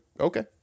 okay